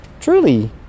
truly